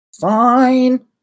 Fine